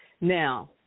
Now